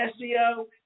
SEO